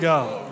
God